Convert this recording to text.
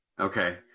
Okay